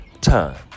time